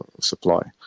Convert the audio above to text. supply